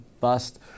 bust